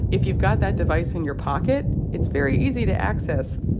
if you've got that device in your pocket, it's very easy to access,